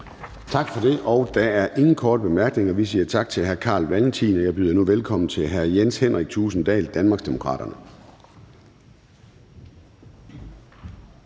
Tak for det. Der er ingen korte bemærkninger. Vi siger tak til fru Astrid Carøe, og jeg byder nu velkommen til hr. Jens Henrik Thulesen Dahl fra Danmarksdemokraterne.